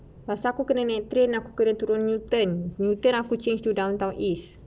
pasal aku kena naik train aku kena turun newton newton aku change to downtown east